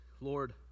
Lord